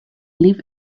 live